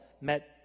met